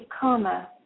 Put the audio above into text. karma